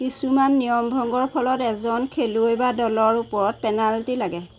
কিছুমান নিয়মভঙ্গৰ ফলত এজন খেলুৱৈ বা দলৰ ওপৰত পেনাল্টি লাগে